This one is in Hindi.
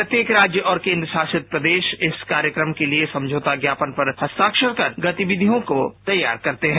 प्रत्येक राज्य और केन्द्र शासित प्रदेश इस कार्यक्रम के लिए समझौता ज्ञापन पर हस्ताक्षर कर गतिविधियों को तैयार करते हैं